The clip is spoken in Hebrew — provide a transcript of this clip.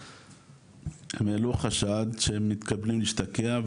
--- הם העלו חשד שהם מתכוונים להשתקע.